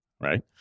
right